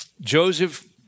Joseph